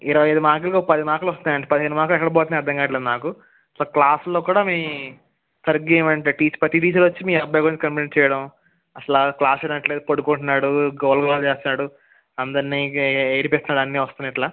ఇరవై ఐదు మార్కులకి ఒక పది మార్కులు వస్తాయండి పదిహేను మార్కులు ఎక్కడకి పోతున్నాయి నాకైతే అర్థం కావటంలేదు నాకు క్లాసుల్లో కూడా మీ సరిగ్గా ఏమంటే టీచ ప్రతి టీచర్ వచ్చి మీ అబ్బాయి గురించి కంప్లైంట్ చేయడం అసలు క్లాస్ వినట్లేదు పడుకుంటున్నాడు గోల గోల చేస్తున్నాడు అందరినీ ఏడిపిస్తున్నాడు అన్నీ వస్తున్నాయి ఇట్లా